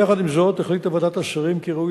יחד עם זאת החליטה ועדת השרים כי ראוי